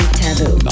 taboo